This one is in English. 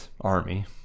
Army